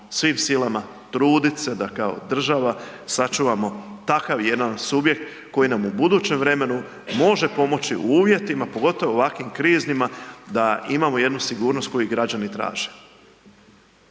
svim silama trudit se da kao država sačuvamo takav jedan subjekt koji nam u budućem vremenu može pomoći u uvjetima, pogotovo u ovakvim kriznima, da imao jednu sigurnost koju građani traže,